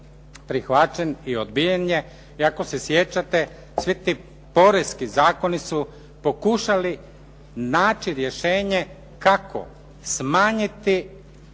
prihvaćen i odbijen je. I ako se sjećate, svi ti poreski zakoni su pokušali naći rješenje kako smanjiti